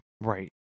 Right